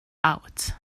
out